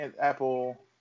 Apple